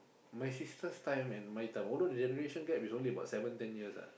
my sister's time and my time although the generation gap is only about seven ten years ah